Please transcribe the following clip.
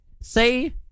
Say